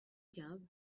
quinze